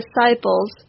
disciples